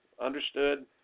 understood